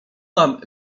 nam